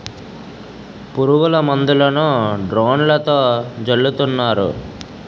పురుగుల మందులను డ్రోన్లతో జల్లుతున్నారు